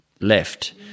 left